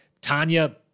Tanya